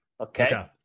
Okay